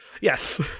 yes